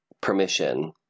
permission